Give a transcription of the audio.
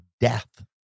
death